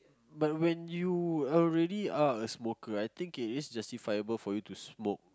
but when you already are a smoker I think it is justifiable for you to smoke